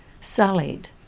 sullied